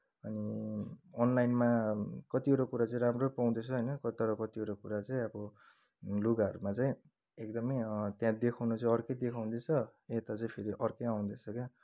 अनि अनलाइनमा कतिवटा कुरा चाहिँ राम्रै पाउँदैछ होइन तर कतिवटा कुरा चाहिँ अब लुगाहरूमा चाहिँ एकदमै त्यहाँ देखाउनु चाहिँ अर्कै देखाउँदैछ यता चाहिँ फेरि अर्कै आउँदैछ क्या